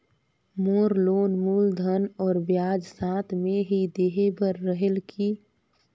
मोर loan मूलधन और ब्याज साथ मे ही देहे बार रेहेल की?